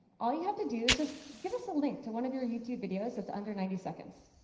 all you have to do is just give us a link to one of your youtube videos that's under ninety seconds.